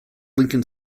lincoln